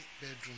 bedroom